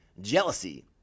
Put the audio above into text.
jealousy